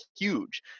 huge